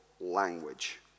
language